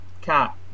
cat